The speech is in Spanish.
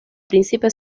príncipe